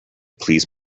please